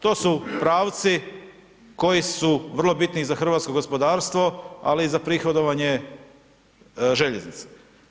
To su pravci koji su vrlo bitni za hrvatsko gospodarstvo, ali i za prihodovanje željeznica.